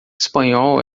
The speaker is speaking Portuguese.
espanhol